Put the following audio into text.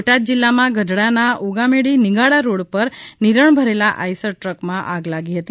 તો બોટાદ જીલ્લામાં ગઢડાના ઉગામેડી નિંગાળા રોડ પર નિરણ ભરેલા આઇસર ટ્રકમાં આગ લાગી હતી